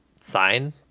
sign